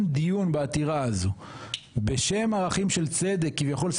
דיון בעתירה הזו בשם ערכים של צדק כביכול,